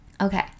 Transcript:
okay